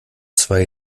zwei